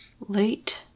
Late